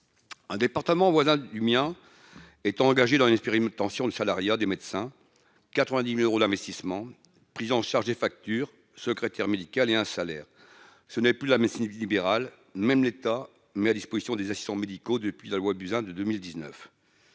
Un département voisin du mien. Est engagé dans une aspirine tension le salariat des médecins. 90.000 euros d'investissement. Prise en charge des factures secrétaire médicale et un salaire, ce n'est plus la médecine libérale, même l'État met à disposition des assistants médicaux, depuis la loi Buzyn de 2019.